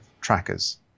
trackers